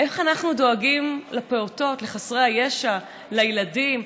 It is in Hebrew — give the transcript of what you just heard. איך אנחנו דואגים לפעוטות, לחסרי הישע, לילדים?